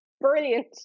brilliant